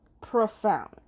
profound